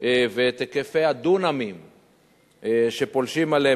ואת היקפי הדונמים שפולשים אליהם.